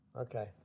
Okay